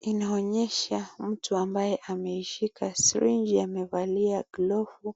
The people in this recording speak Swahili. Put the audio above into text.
Inaonyesha mtu ambaye ameishika [syringe] amevalia [gloves]